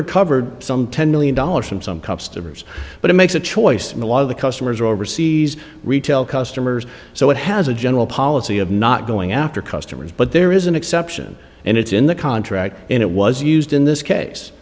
recovered some ten million dollars from some cops to ribs but it makes a choice and a lot of the customers are overseas retail customers so it has a general policy of not going after customers but there is an exception and it's in the contract and it was used in this case